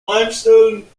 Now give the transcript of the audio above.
limestone